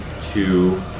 two